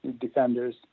Defenders